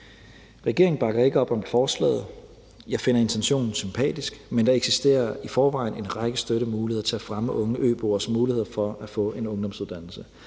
Regeringen bakker ikke op om forslaget. Jeg finder intentionen sympatisk, men der eksisterer i forvejen en række støttemuligheder til at fremme unge øboeres muligheder for at få en ungdomsuddannelse.